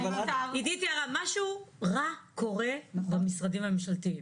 משהו רע קורה במשרדים הממשלתיים.